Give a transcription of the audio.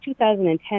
2010